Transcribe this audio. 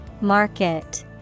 Market